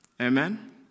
Amen